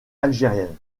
algérienne